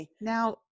Now